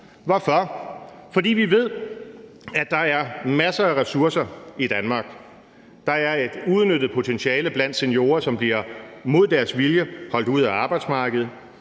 vi, fordi vi ved, at der er masser af ressourcer i Danmark. Der er et uudnyttet potentiale blandt seniorer, som mod deres vilje bliver holdt ude af arbejdsmarkedet.